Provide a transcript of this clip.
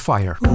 Fire